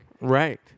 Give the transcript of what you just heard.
Right